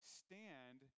stand